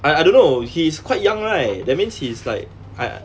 I I don't know he's quite young right that means he is like I